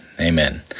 Amen